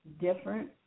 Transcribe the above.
different